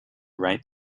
write